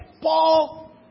Paul